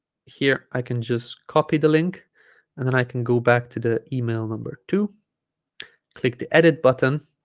here i can just copy the link and then i can go back to the email number two click the edit button